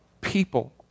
people